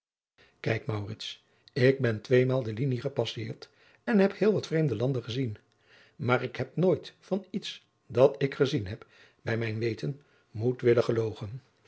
maurits ik ben tweemaal de linie gepasseerd en heb heel wat vreemde landen gezien maar ik heb nooit van iets dat ik gezien heb bij mijn weten moedwillig gelogen